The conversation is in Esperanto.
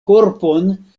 korpon